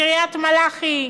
קריית-מלאכי,